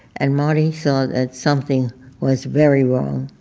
and marty saw that something was very wrong,